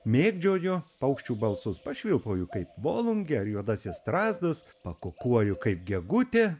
mėgdžioju paukščių balsus pašvilpauju kaip volungė ar juodasis strazdas pakukuoju kaip gegutė